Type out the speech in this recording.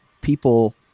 people